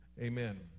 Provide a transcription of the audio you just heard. Amen